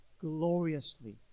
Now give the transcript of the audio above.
gloriously